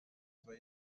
zwar